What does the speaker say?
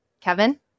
Kevin